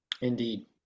indeed